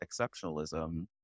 exceptionalism